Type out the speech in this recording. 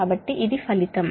కాబట్టి ఇది ఫలితం